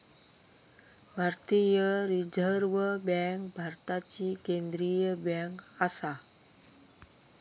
भारतीय reserve bank भारताची केंद्रीय बँक आसा